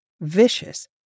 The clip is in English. Vicious